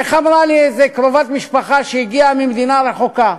איך אמרה לי קרובת משפחה שהגיעה ממדינה רחוקה?